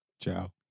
Ciao